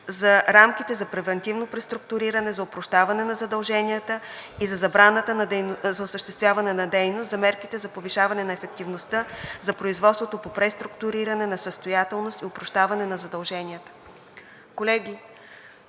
за рамките за превантивно преструктуриране, за опрощаване на задълженията и за забраната за осъществяване на дейност, за мерките за повишаване на ефективността, за производството по преструктуриране на несъстоятелност и опрощаване на задълженията. Колеги,